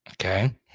Okay